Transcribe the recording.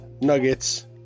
Nuggets